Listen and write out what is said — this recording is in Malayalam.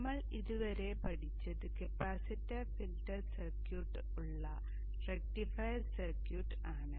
നമ്മൾ ഇതുവരെ പഠിച്ചത് കപ്പാസിറ്റർ ഫിൽട്ടർ സർക്യൂട്ട് ഉള്ള റക്റ്റിഫയർ സർക്യൂട്ട് ആണ്